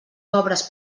pobres